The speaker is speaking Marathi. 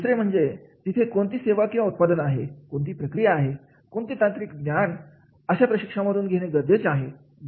दुसरे म्हणजे तिथे कोणती सेवा किंवा उत्पादन आहे कोणती प्रक्रिया आहे कोणते तांत्रिक ज्ञान अशा प्रशिक्षणा मधून घेणे गरजेचे आहे